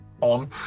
on